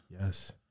Yes